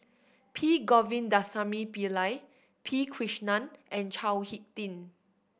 P Govindasamy Pillai P Krishnan and Chao Hick Tin